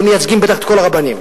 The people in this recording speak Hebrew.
הם מייצגים בטח את כל הרבנים.